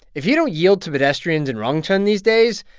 if you don't yield to pedestrians in rongcheng these days,